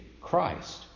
Christ